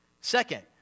Second